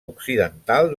occidental